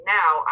now